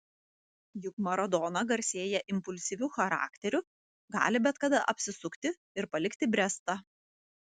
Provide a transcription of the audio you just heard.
juk maradona garsėja impulsyviu charakteriu gali bet kada apsisukti ir palikti brestą